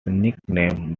nicknamed